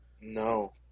No